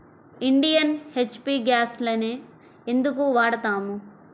Indian, HP గ్యాస్లనే ఎందుకు వాడతాము?